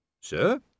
Sir